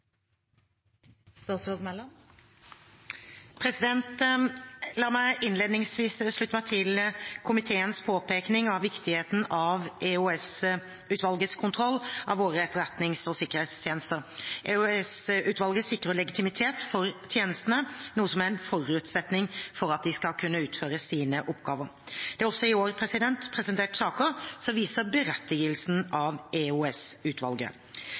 La meg innledningsvis slutte meg til kontroll- og konstitusjonskomiteens påpekning av viktigheten av EOS-utvalgets kontroll av våre etterretnings- og sikkerhetstjenester. EOS-utvalget sikrer legitimitet for tjenestene, noe som er en forutsetning for at de skal kunne utføre sine oppgaver. Det er også i år presentert saker som viser berettigelsen av